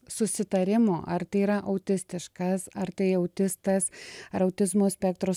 susitarimo ar tai yra autistiškas ar tai autistas ar autizmo spektro